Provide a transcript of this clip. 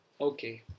Okay